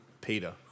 Peter